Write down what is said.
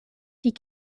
die